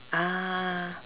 ah